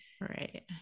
right